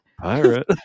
Pirate